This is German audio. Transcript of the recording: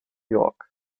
york